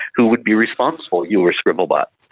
who would be responsible, you or scribble bot?